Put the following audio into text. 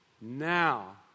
Now